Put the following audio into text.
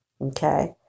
Okay